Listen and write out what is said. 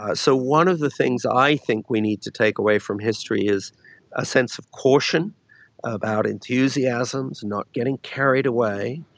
ah so one of the things i think we need to take away from history is a sense of caution about enthusiasms, not getting carried away.